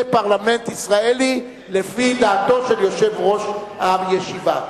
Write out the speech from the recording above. זה פרלמנט ישראלי לפי דעתו של יושב-ראש הישיבה.